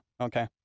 okay